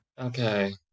Okay